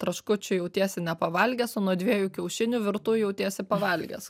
traškučių jautiesi nepavalgęs o nuo dviejų kiaušinių virtų jautiesi pavalgęs